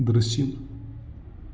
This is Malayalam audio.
ദൃശ്യം